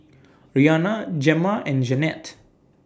Rhianna Gemma and Jeannette